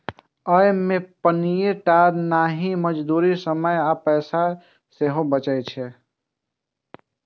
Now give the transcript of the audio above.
अय से पानिये टा नहि, मजदूरी, समय आ पैसा सेहो बचै छै